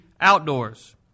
outdoors